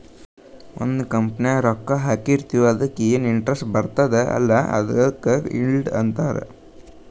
ಒಂದ್ ಕಂಪನಿದಾಗ್ ರೊಕ್ಕಾ ಹಾಕಿರ್ತಿವ್ ಅದುಕ್ಕ ಎನ್ ಇಂಟ್ರೆಸ್ಟ್ ಬರ್ತುದ್ ಅಲ್ಲಾ ಅದುಕ್ ಈಲ್ಡ್ ಅಂತಾರ್